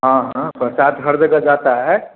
हाँ हाँ प्रसाद हर जगह जाता है